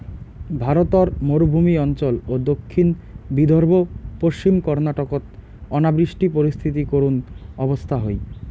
ভারতর মরুভূমি অঞ্চল ও দক্ষিণ বিদর্ভ, পশ্চিম কর্ণাটকত অনাবৃষ্টি পরিস্থিতি করুণ অবস্থা হই